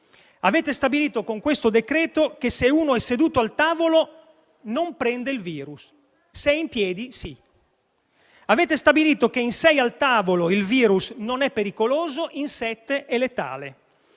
avete stabilito che se una persona è seduta al tavolo non prende il virus ma se è in piedi sì; avete stabilito che in sei al tavolo il virus non è pericoloso ma in sette è letale;